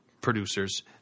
producers